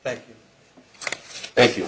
thank you thank you